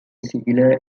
similar